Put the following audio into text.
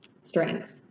Strength